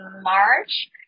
March